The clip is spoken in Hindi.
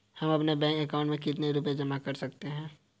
हम अपने बैंक अकाउंट में कितने रुपये जमा कर सकते हैं?